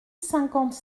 cinquante